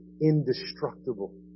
indestructible